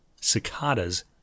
cicadas